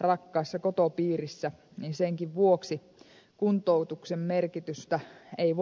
rakkaassa kotopiirissä ja senkään vuoksi kuntoutuksen merkitystä ei voi vähätellä